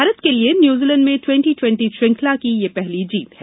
भारत के लिए न्यूजीलैंड में ट्वेंटी ट्वेंटी श्रृंखला की यह पहली जीत है